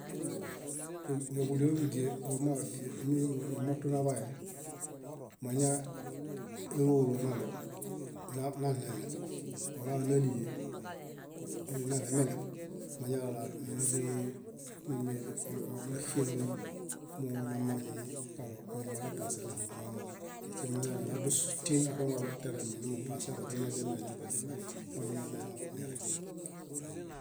Yádielaḃudi ñamotu naḃaye mañaelolo naɭew mañani ola nálile naɭemeɭew mañalala násien monamami kaɭo min molepase nahaŋu náloomo. Mañara nadus tin afiamiġaɭo tiare minomimupasero źiñadiamiame nihaŋuniḃay moniñamereñ.